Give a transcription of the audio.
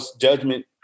judgment